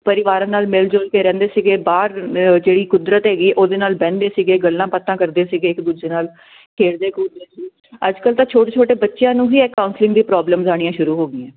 ਪਰਿਵਾਰਾਂ ਨਾਲ ਮਿਲ ਜੁਲ ਕੇ ਰਹਿੰਦੇ ਸੀਗੇ ਬਾਹਰ ਜਿਹੜੀ ਕੁਦਰਤ ਹੈਗੀ ਉਹਦੇ ਨਾਲ ਬਹਿੰਦੇ ਸੀਗੇ ਗੱਲਾਂ ਬਾਤਾਂ ਕਰਦੇ ਸੀਗੇ ਇੱਕ ਦੂਜੇ ਨਾਲ ਖੇਡਦੇ ਕੁਦਦੇ ਸੀ ਅੱਜ ਕੱਲ ਤਾਂ ਛੋਟੇ ਛੋਟੇ ਬੱਚਿਆਂ ਨੂੰ ਹੀ ਇਹ ਕਾਉਂਸਲਿੰਗ ਦੀ ਪ੍ਰੋਬਲਮ ਆਉਣੀਆਂ ਸ਼ੁਰੂ ਹੋ ਗਈਆਂ